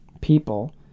people